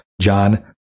John